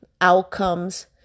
outcomes